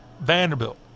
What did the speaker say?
Vanderbilt